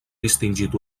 distingit